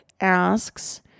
asks